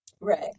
Right